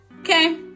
okay